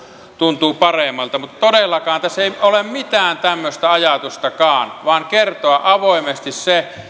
tuntuu paremmalta mutta todellakaan tässä ei ole mitään tämmöistä ajatustakaan vaan aiomme kertoa avoimesti sen